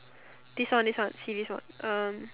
this one this one see this one um